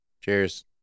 Cheers